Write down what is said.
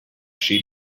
she